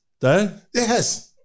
Yes